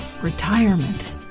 Retirement